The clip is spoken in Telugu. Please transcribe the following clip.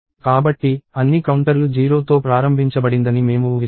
కాబట్టి అన్ని కౌంటర్లు 0 తో ప్రారంభించబడిందని మేము ఊహిస్తాము